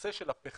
הנושא של הפחם,